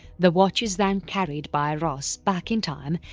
the watch is then carried by ross back in time,